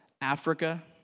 Africa